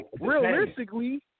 realistically